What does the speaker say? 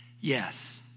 Yes